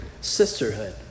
Sisterhood